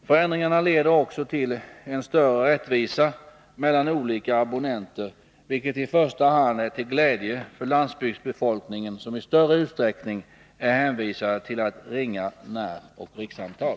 Förändringarna leder också till en större rättvisa mellan olika abonnenter, vilket i första hand är till glädje för landsbygdsbefolkningen som i större utsträckning är hänvisad till att ringa näroch rikssamtal.